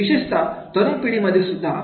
विशेषता तरुण पिढीमध्ये सुद्धा